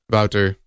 Wouter